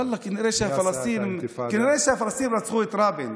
ואלכ, כנראה שהפלסטינים רצחו את רבין.